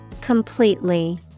Completely